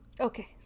okay